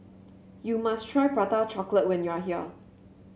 you must try Prata Chocolate when you are here